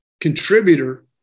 contributor